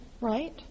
right